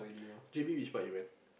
J_B which part you went